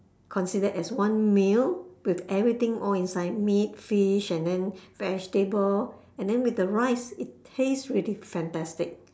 considered as one meal with everything all inside meat fish and then vegetable and then with the rice it taste really fantastic